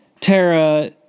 Tara